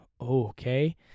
Okay